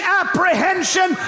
apprehension